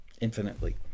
infinitely